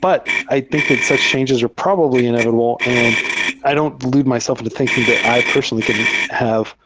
but i think that such changes are probably inevitable, and i don't delude myself to thinking that i personally can have